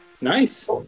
Nice